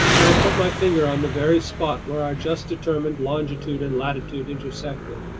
and i put my finger on the very spot where our just-determined longitude and latitude intersected.